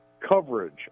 coverage